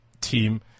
team